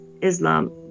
Islam